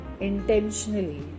intentionally